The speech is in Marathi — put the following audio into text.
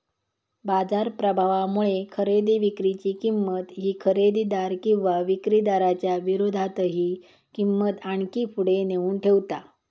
बाजार प्रभावामुळे खरेदी विक्री ची किंमत ही खरेदीदार किंवा विक्रीदाराच्या विरोधातही किंमत आणखी पुढे नेऊन ठेवता